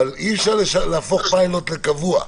שאי אפשר להפוך פיילוט לקבוע.